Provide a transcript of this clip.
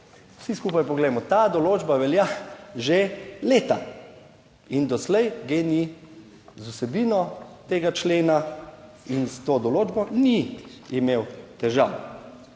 vsi skupaj poglejmo, ta določba velja že leta in doslej GEN-I z vsebino tega člena in s to določbo ni imel težav.